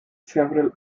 several